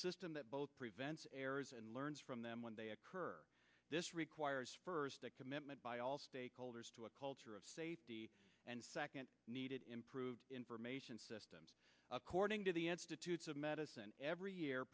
system that both prevents errors and learns from them when they occur this requires first a commitment by all stakeholders to a culture of safety and second needed improved information systems according to the institutes of medicine every year